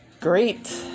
great